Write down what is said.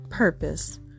Purpose